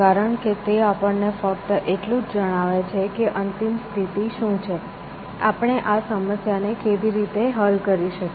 કારણ કે તે આપણને ફક્ત એટલું જ જણાવે છે કે અંતિમ સ્થિતિ શું છે આપણે આ સમસ્યાને કેવી રીતે હલ કરી શકીએ